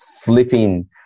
flipping